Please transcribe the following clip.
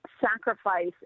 sacrifice